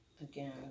again